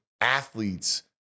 athletes